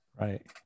Right